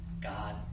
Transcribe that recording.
God